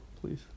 please